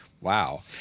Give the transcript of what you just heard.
Wow